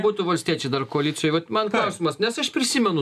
būtų valstiečiai dar koalicijoj vat man klausimas nes aš prisimenu